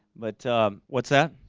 but what's that?